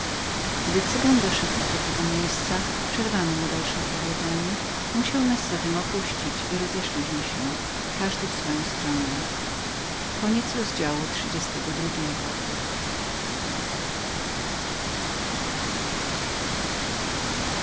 gdy cygan doszedł do tego miejsca przerwano mu dalsze opowiadanie musiał nas zatem opuścić i rozeszliśmy się każdy w swoją stronę